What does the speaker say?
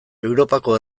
europako